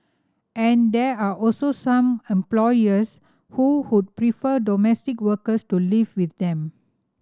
and there are also some employers who would prefer domestic workers to live with them